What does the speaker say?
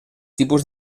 tipus